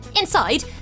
Inside